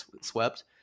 swept